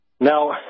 Now